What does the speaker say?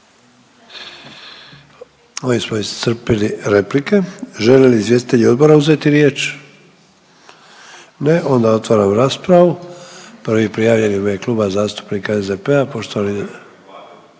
Ovime smo iscrpili replike. Žele li izvjestitelji odbora uzeti riječ? Ne, onda otvaram raspravu. Prvi prijavljeni u ime Kluba zastupnika SDP-a poštovani,